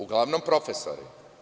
Uglavnom profesori.